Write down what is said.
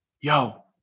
yo